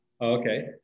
Okay